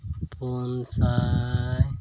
ᱯᱩᱱ ᱥᱟᱭ